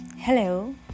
Hello